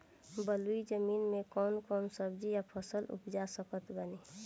बलुई जमीन मे कौन कौन सब्जी या फल उपजा सकत बानी?